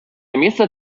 місце